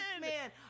man